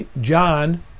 John